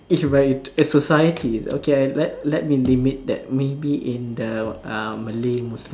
in society okay I let let me limit that maybe in the uh Malay Muslim